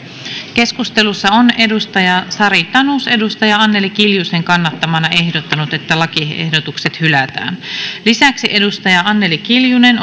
keskustelussa on sari tanus anneli kiljusen kannattamana ehdottanut että lakiehdotukset hylätään lisäksi on anneli kiljunen